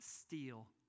steal